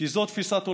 כי זאת תפיסת עולמנו.